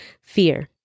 Fear